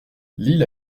l’île